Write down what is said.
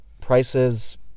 prices